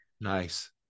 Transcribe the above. Nice